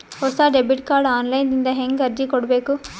ಹೊಸ debit card online ದಿಂದ ಹೇಂಗ ಅರ್ಜಿ ಕೊಡಬೇಕು?